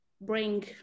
bring